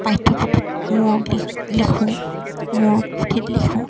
পাঠ্যপুথিত মোৰ লিখ লিখোঁ মোৰ পুথিত লিখোঁ